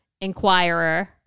inquirer